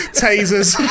tasers